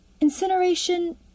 Incineration